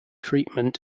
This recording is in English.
treatment